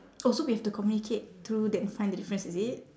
oh so we have to communicate through then find the difference is it